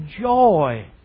joy